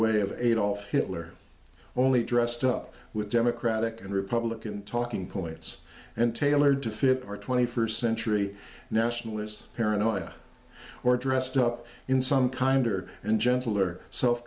way of adolf hitler only dressed up with democratic and republican talking points and tailored to fit or twenty first century nationalist paranoia or dressed up in some kinder and gentler self